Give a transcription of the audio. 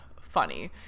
funny